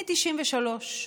מ-1993.